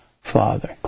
Father